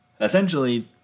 essentially